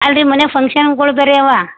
ಅಲ್ಲ ರೀ ಮನ್ಯಾಗ ಫಂಕ್ಷನ್ಗಳ್ ಬೇರೆ ಅವ